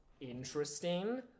interesting